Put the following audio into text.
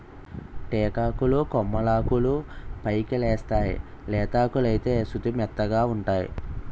టేకాకులు కొమ్మలాకులు పైకెలేస్తేయ్ లేతాకులైతే సుతిమెత్తగావుంటై